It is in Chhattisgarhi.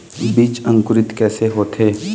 बीज अंकुरित कैसे होथे?